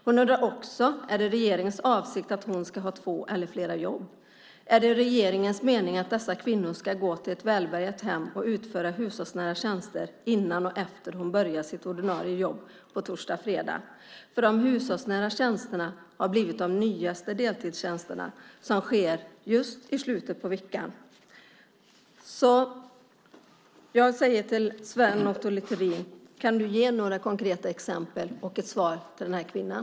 Hon undrar också om det är regeringens avsikt att hon ska ha två eller flera jobb. Är det regeringens mening att dessa kvinnor ska gå till ett välbärgat hem och utföra hushållsnära tjänster innan och efter att hon har sitt ordinarie jobb på torsdag och fredag? De hushållsnära tjänsterna har blivit de nyaste deltidstjänsterna, som utförs just i slutet av veckan. Jag säger till Sven Otto Littorin: Kan du ge några konkreta exempel och ett svar till den här kvinnan?